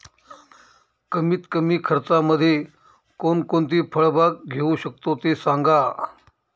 कमीत कमी खर्चामध्ये कोणकोणती फळबाग घेऊ शकतो ते सांगा